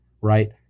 right